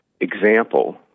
example